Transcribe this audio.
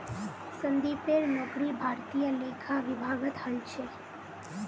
संदीपेर नौकरी भारतीय लेखा विभागत हल छ